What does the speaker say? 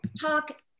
talk